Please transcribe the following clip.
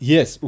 Yes